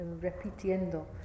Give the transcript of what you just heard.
repitiendo